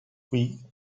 oui